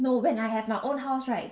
no when I have my own house right